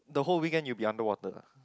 the whole weekend you will be under water